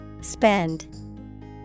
Spend